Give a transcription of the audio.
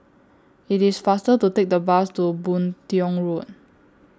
IT IS faster to Take The Bus to Boon Tiong Road